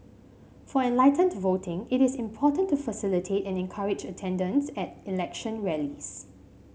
for enlightened voting it is important to facilitate and encourage attendance at election rallies